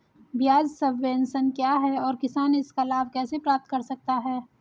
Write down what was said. ब्याज सबवेंशन क्या है और किसान इसका लाभ कैसे प्राप्त कर सकता है?